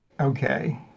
Okay